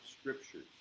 Scriptures